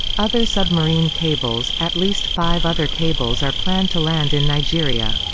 other submarine cables at least five other cables are planned to land in nigeria.